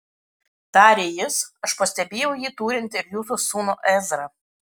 tarė jis aš pastebėjau jį turint ir jūsų sūnų ezrą